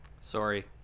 sorry